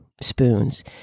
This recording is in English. spoons